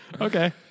Okay